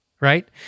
Right